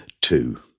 Two